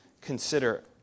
consider